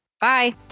Bye